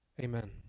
Amen